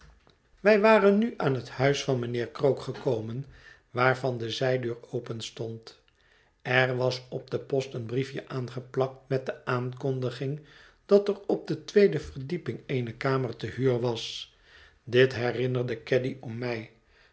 wij waren nu aan het huis van mijnheer krook gekomen waarvan de zijdeur openstond er was op den post een briefje aangeplakt met de aankondiging dat er op de tweede verdieping eene kamer te huur was dit herinnerde caddy om mij